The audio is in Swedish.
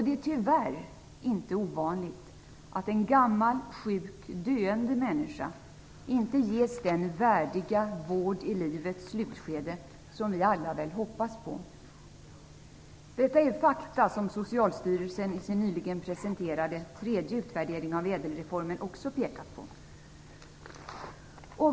Det är tyvärr inte ovanligt att en gammal och sjuk eller döende människa inte ges den värdiga vård i livets slutskede som vi väl alla hoppas på. Detta är fakta som Socialstyrelsen i sin nyligen presenterade tredje utvärdering av ÄDEL-reformen också pekar på.